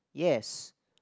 yes